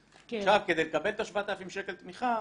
כדי לקבל את ה-7,000 שקל תמיכה,